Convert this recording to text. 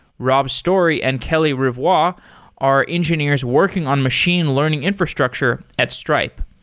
rob story and kelly rivoire are engineers working on machine learning infrastructure at stripe.